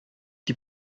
die